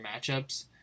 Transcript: matchups